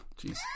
Jeez